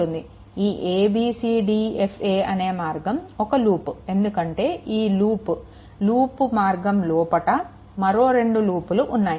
ఈ a b c d e f a అనే మార్గం ఒక లూప్ ఎందుకంటే ఈ లూప్లూప్ మార్గం లోపట మరో 2 లూప్లు ఉన్నాయి